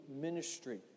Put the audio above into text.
ministry